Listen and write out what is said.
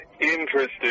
Interesting